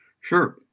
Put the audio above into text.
Sure